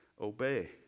obey